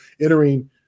entering